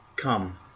Come